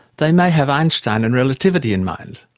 they may have einstein and relativity in mind,